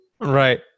right